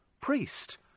priest